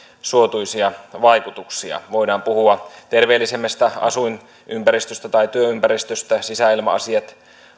suotuisia vaikutuksia voidaan puhua terveellisemmästä asuinympäristöstä tai työympäristöstä sisäilma asiat